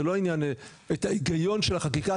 זה לא העניין את ההיגיון של החקיקה,